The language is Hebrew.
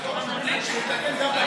אתה צודק הוראת שעה שתתקן גם את,